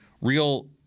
real